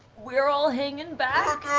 we're all hanging back.